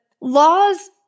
laws